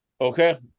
okay